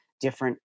different